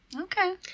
Okay